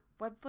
Webfoot